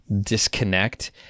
disconnect